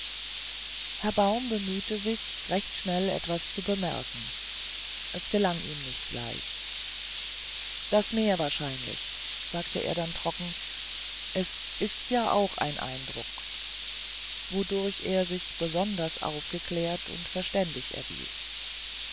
herr baum bemühte sich recht schnell etwas zu bemerken es gelang ihm nicht gleich das meer wahrscheinlich sagte er dann trocken es ist ja auch ein eindruck wodurch er sich besonders aufgeklärt und verständig erwies